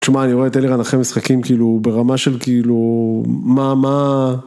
תשמע אני רואה את אלירן אחרי משחקים כאילו ברמה של כאילו מה מה.